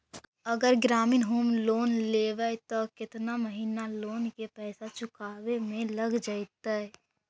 अगर ग्रामीण home loan लेबै त केतना महिना लोन के पैसा चुकावे में लग जैतै?